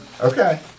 Okay